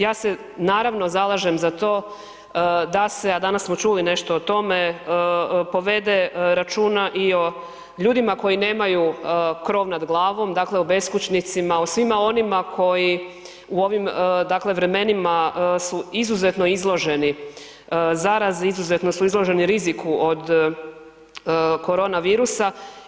Ja se naravno zalažem za to da se, a danas smo čuli nešto o tome, povede računa i o ljudima koji nemaju krov nad glavom, dakle o beskućnicima, o svima onima koji u ovim vremenima su izuzetno izloženi zarazi, izuzetno su izloženi riziku od korona virusa.